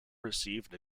received